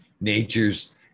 nature's